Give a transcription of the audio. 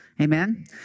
Amen